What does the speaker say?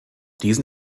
diesen